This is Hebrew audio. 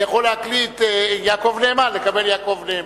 אני יכול להקליד "יעקב נאמן", לקבל יעקב נאמן.